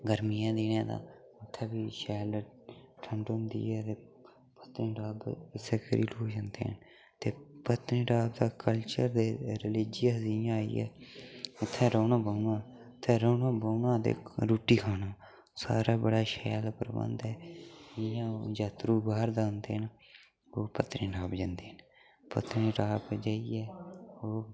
गरमियें दिनें तां उ'त्थें भी शैल ठंड होंदी ऐ पत्नीटॉप इस्सै फील्ड उप्पर जंदे न ते पत्नीटॉप दा कल्चर ते रिलीजियस जि'यां आइया उ'त्थें रौह्ना बौह्ना उ'त्थें रौह्ना बौह्ना ते रुट्टी खाना सारा बड़ा शैल प्रबंध ऐ जेह्ड़े जात्तरू बाह्र दा आंदे ते ओह् पत्नीटॉप जंदे न पत्नीटॉप जाइयै ओह्